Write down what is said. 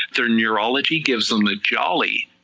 their neurology gives them their jolly,